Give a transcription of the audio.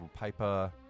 paper